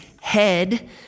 head